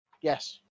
Yes